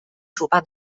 主办